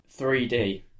3D